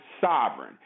sovereign